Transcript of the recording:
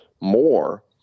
more